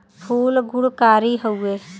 फूल गुणकारी हउवे